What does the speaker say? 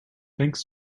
thanks